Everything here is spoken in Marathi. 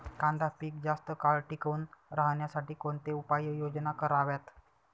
कांदा पीक जास्त काळ टिकून राहण्यासाठी कोणत्या उपाययोजना कराव्यात?